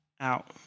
out